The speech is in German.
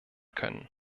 können